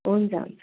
हुन्छ हुन्छ